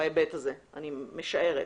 בהיבט הזה, אני משערת.